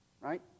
right